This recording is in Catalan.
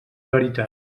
veritat